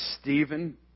Stephen